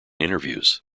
interviews